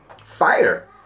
fighter